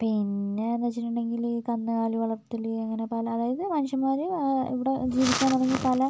പിന്നെയെന്ന് വെച്ചിട്ടുണ്ടെങ്കിൽ കന്നുകാലി വളർത്തൽ അങ്ങനെ പല അതായത് മനുഷ്യന്മാർ ഇവിടെ ജീവിക്കാൻ തുടങ്ങി പല